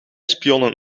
spionnen